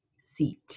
seat